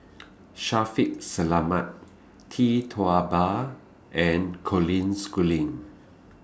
Shaffiq Selamat Tee Tua Ba and Colin Schooling